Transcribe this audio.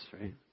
right